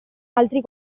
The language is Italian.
altri